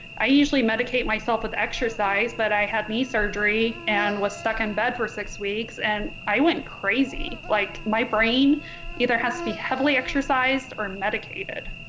i usually medicate myself with exercise but i had knee surgery and was stuck in bed for six weeks and i went crazy like my brain either has to be heavily exercised or medicated.